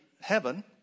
heaven